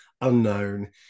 unknown